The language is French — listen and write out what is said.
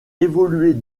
évoluer